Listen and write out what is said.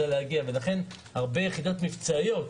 לכן, אנחנו מלמדים הרבה יחידות מבצעיות: